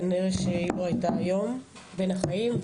כנראה שהיא לא הייתה היום בין החיים.